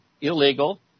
illegal